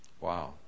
Wow